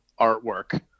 artwork